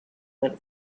went